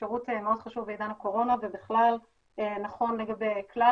שירות מאוד חשוב בעידן הקורונה ובכלל נכון לגבי כלל